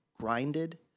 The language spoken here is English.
grinded